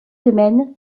semaines